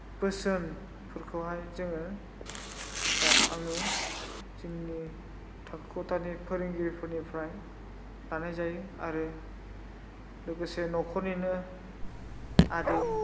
बोसोनफोरखौहाय जोङो बा आङो जोंनि थाखो खथानि फोरोंगिरिफोरनिफ्राय लानाय जायो आरो लोगोसे न'खरनिनो आदै